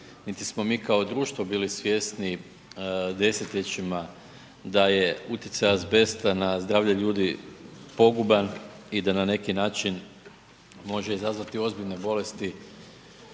niti smo mi kao društvo bili svjesniji desetljećima da je utjecaj azbesta na zdravlje ljudi poguban i da na neki način može izazvati ozbiljne bolesti